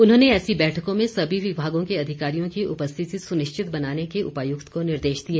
उन्होंने ऐसी बैठकों में सभी विभागों के अधिकारियों की उपस्थिति सुनिश्चित बनाने के उपायुक्त को निर्देश दिए